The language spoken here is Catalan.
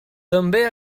també